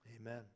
amen